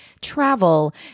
travel